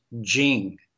Jing